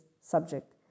subject